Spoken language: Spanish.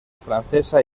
francesa